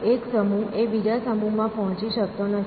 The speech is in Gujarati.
એક સમૂહ એ બીજા સમૂહ માં પહોંચી શકતો નથી